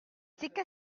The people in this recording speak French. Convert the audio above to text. s’était